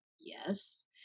Yes